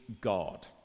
God